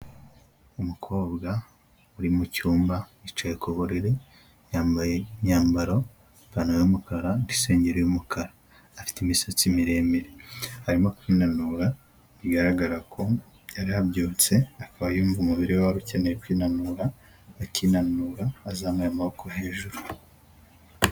Umukobwa uri mucyumba yicaye ku buriri yambaye imyambaro, ipantaro y'umukara nvisengeri y'umukara afite imisatsi miremire arimo kwinanura bigaragara ko yari abyutse akaba yumva umubiri we wari ukeneye kwinanura akinanura azamuye amaboko hejuru.